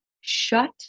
Shut